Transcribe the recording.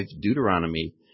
Deuteronomy